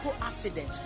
accident